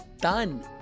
done